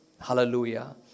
Hallelujah